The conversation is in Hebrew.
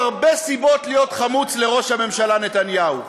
ראש הממשלה מתוק.